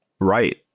Right